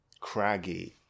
craggy